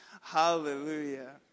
hallelujah